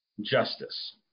justice